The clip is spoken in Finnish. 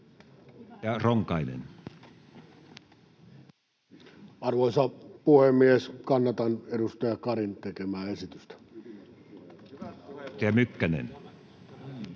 Ronkainen. Arvoisa puhemies! Kannatan edustaja Karin tekemää esitystä. Edustaja Mykkänen.